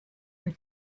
were